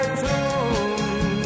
tune